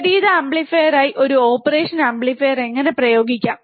വിപരീത ആംപ്ലിഫയറായി ഒരു ഓപ്പറേഷൻ ആംപ്ലിഫയർ എങ്ങനെ ഉപയോഗിക്കാം